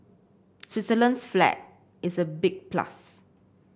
Switzerland's flag is a big plus